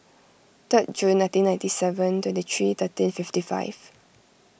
third June nineteen ninety seven twenty three thirteen fifty five